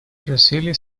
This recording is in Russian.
просили